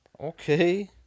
Okay